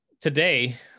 today